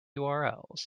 urls